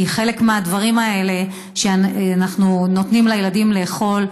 כי חלק מהדברים האלה שאנחנו נותנים לילדים לאכול,